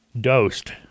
dosed